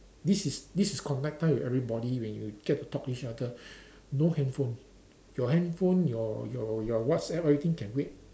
this is this is connect time with everybody when you get to talk each other no handphone your handphone your your your WhatsApp everything can wait